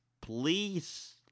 please